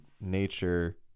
nature